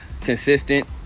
consistent